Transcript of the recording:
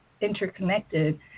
interconnected